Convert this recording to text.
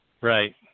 Right